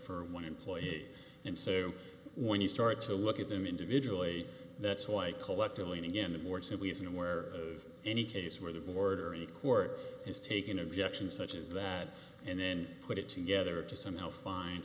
for one employee and so when you start to look at them individually that's why collectively again the more simply isn't aware of any case where the board or any court has taken objection such as that and then put it together to somehow find